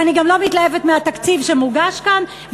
ואני גם לא מתלהבת מהתקציב שמוגש כאן,